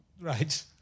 right